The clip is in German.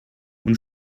und